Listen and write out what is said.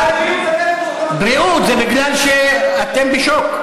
בגלל בריאות הנפש, בריאות, זה מפני שאתם בשוק.